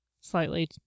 slightly